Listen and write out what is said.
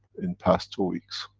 in past two weeks.